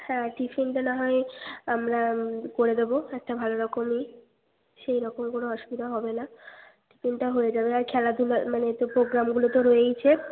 হ্যাঁ টিফিনটা না হয় আমরা করে দেবো একটা ভালো রকমই সেই রকম কোনো অসুবিধা হবে না টিফিনটা হয়ে যাবে আর খেলাধুলো মানে তো প্রোগ্রামগুলো তো রয়েইছে